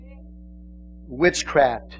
Witchcraft